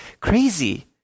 crazy